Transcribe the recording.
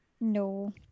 No